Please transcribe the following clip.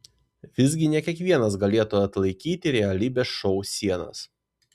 visgi ne kiekvienas galėtų atlaikyti realybės šou sienas